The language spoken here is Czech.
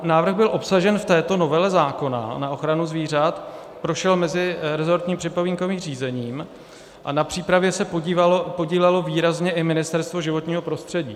Návrh byl obsažen v této novele zákona na ochranu zvířat, prošel meziresortním připomínkovým řízením a na přípravě se podílelo výrazně i Ministerstvo životního prostředí.